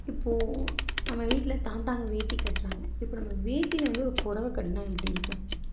இப்போ நம்ம வீட்டில் தாத்தாங்க வேட்டி கட்டுறாங்க இப்போ நம்ம வேட்டியில் வந்து ஒரு புடவ கட்டினா எப்படி இருக்கும்